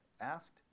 Asked